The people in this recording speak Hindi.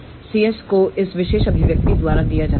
cs को इस विशेष अभिव्यक्ति द्वारा दिया जाता है